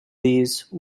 these